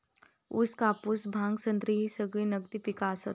ऊस, कापूस, भांग, संत्री ही सगळी नगदी पिका आसत